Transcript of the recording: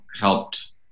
helped